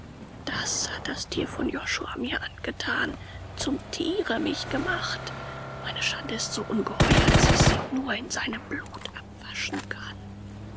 das hat das tier von josua mir angetan zum tiere mich gemacht meine schande ist so ungeheuer daß ich sie nur in seinem blut abwaschen kann